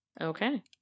Okay